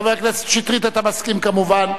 חבר הכנסת שטרית, אתה מסכים, כמובן.